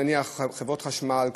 נניח עובדי חברת החשמל,